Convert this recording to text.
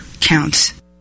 counts